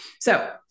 So-